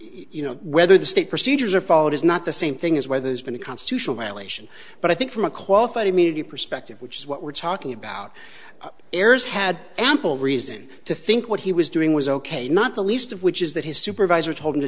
you know whether the state procedures are followed is not the same thing as whether there's been a constitutional violation but i think from a qualified immunity perspective which is what we're talking about errors had ample reason to think what he was doing was ok not the least of which is that his supervisor told him to